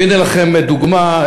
והנה לכם דוגמה,